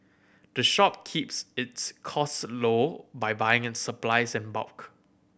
the shop keeps its costs low by buying its supplies in bulk